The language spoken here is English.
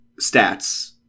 stats